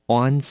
on